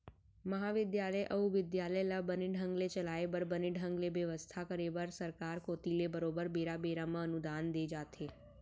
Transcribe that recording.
महाबिद्यालय अउ बिद्यालय ल बने ढंग ले चलाय बर बने ढंग ले बेवस्था करे बर सरकार कोती ले बरोबर बेरा बेरा म अनुदान दे जाथे